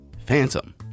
Phantom